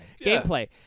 Gameplay